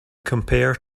compare